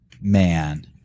man